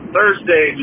Thursday